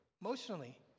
emotionally